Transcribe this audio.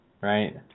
Right